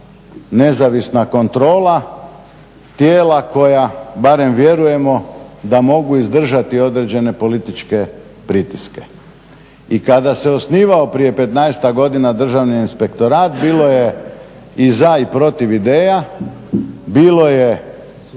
nezavisna kontrola tijela koja barem vjerujemo da mogu izdržati određene političke pritiske. I kada se osnivao prije petnaestak godina Državni inspektorat bilo je i za i protiv ideja, bilo je